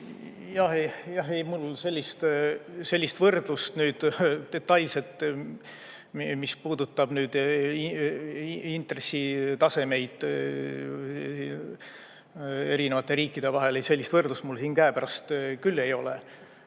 Jah. Ei, mul sellist võrdlust detailselt, mis puudutab nüüd intressitasemeid erinevate riikide vahel, sellist võrdlust mul siin käepärast küll ei ole.